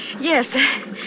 Yes